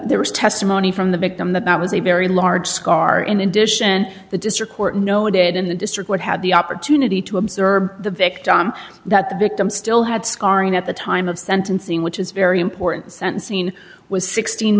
there was testimony from the victim that that was a very large scar in addition the district court noted in the district would have the opportunity to observe the victim that the victim still had scarring at the time of sentencing which is very important sentencing was sixteen